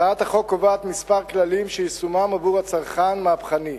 הצעת החוק קובעת כמה כללים שיישומם עבור הצרכן מהפכני: